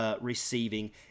receiving